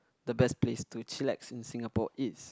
the best place to chillax in Singapore is